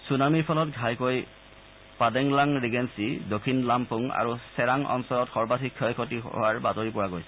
চুনামিৰ ফলত ঘাইকৈ পাডেংলাং ৰিগেপি দক্ষিণ লামপুং আৰু চেৰাং অঞ্চলত সৰ্বাধিক ক্ষয়ক্ষতি হোৱাৰ বাতৰি পোৱা গৈছে